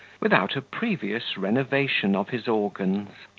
without a previous renovation of his organs.